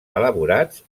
elaborats